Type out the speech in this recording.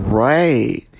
Right